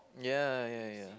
ya ya ya